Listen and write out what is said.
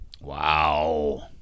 Wow